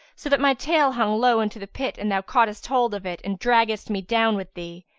so that my tail hung low into the pit and thou caughtest hold of it and draggedst me down with thee.